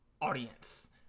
audience